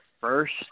first